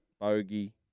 Bogey